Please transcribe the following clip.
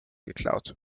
geklaut